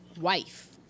wife